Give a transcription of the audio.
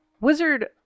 wizard